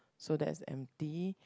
so that's empty